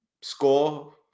score